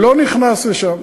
לא נכנס לשם.